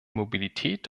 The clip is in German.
mobilität